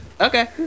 Okay